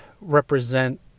represent